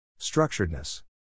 Structuredness